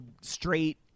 straight